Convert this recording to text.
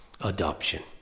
Adoption